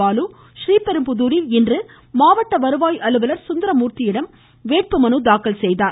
பாலு இன்று றீபெரும்புதூரில் மாவட்ட வருவாய் அலுவலர் சுந்தரமூர்த்தியிடம் வேட்பு மனு தாக்கல் செய்தார்